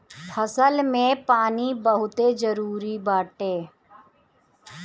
फसल में पानी बहुते जरुरी बाटे